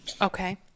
Okay